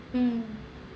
mm